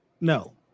No